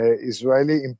Israeli